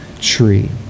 tree